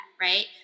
right